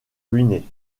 ruinée